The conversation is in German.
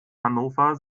hannover